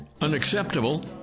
unacceptable